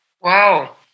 Wow